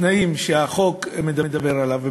בתנאים שהחוק מדבר עליהם,